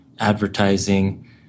advertising